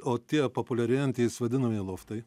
o tie populiarėjantys vadinamieji loftai